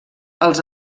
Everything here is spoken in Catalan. els